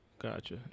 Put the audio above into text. Gotcha